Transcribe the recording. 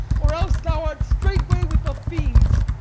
or else thou art straightway with the fiends.